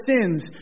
sins